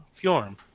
Fjorm